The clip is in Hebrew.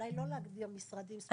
אולי לא להגדיר משרדים ספציפיים,